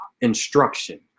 instruction